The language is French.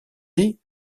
dict